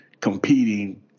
competing